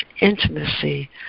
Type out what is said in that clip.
intimacy